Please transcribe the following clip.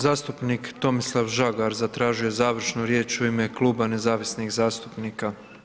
Zastupnik Tomislav Žagar zatražio je završnu riječ u ime Kluba nezavisnih zastupnika.